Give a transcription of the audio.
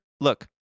Look